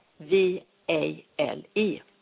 V-A-L-E